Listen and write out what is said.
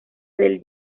del